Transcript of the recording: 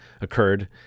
occurred